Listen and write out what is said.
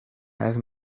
have